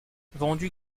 vendue